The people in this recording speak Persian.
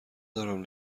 دارم